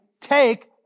take